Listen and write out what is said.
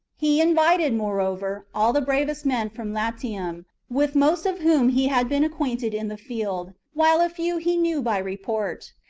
he invited, moreover, all the bravest men from latium, with most of whom he had been acquainted in the field, while a few he knew by report.